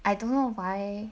I don't know why